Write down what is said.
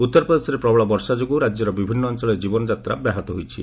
ଉତ୍ତରପ୍ରଦେଶରେ ପ୍ରବଳ ବର୍ଷା ଯୋଗୁଁ ରାଜ୍ୟର ବିଭିନ୍ନ ଅଞ୍ଚଳରେ ଜୀବନଯାତ୍ରା ବ୍ୟାହତ ହୋଇଛି